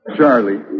Charlie